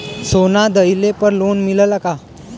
सोना दहिले पर लोन मिलल का?